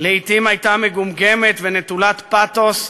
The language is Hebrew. לעתים הייתה מגומגמת ונטולת פתוס,